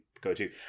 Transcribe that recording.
go-to